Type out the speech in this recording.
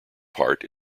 part